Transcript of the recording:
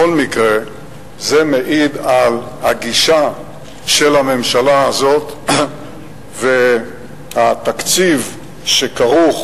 זה מעיד על הגישה של הממשלה הזאת והתקציב שכרוך